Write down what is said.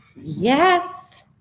Yes